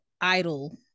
idle